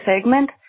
segment